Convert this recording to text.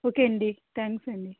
okay అండి thanks అండి